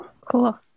Cool